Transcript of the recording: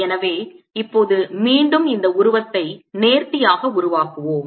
எனவே இப்போது மீண்டும் இந்த உருவத்தை நேர்த்தியாக உருவாக்குவோம்